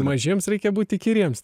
mažiems reikia būt įkyriems